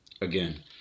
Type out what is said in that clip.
again